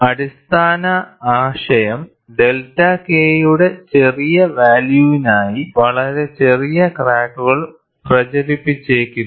അടിസ്ഥാന ആശയം delta K യുടെ ചെറിയ വാല്യൂവിനായി വളരെ ചെറിയ ക്രാക്കുകൾ പ്രചരിപ്പിച്ചേക്കില്ല